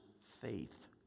faith